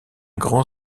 grand